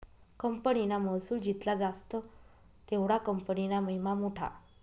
कंपनीना महसुल जित्ला जास्त तेवढा कंपनीना महिमा मोठा